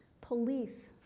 police